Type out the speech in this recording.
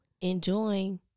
enjoying